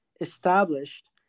established